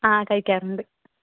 ആ കഴിക്കാറുണ്ട്